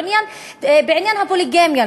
למשל: בעניין הפוליגמיה.